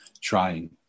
trying